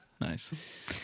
Nice